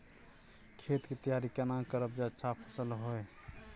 खेत के तैयारी केना करब जे अच्छा फसल होय?